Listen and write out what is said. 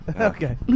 Okay